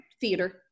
theater